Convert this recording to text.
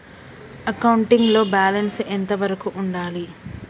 Accounting లో balance ఎంత వరకు ఉండాలి?